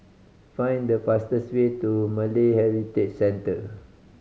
find the fastest way to Malay Heritage Centre